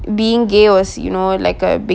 being gay was you know like a big